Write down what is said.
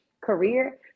career